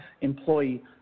employee